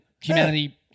Humanity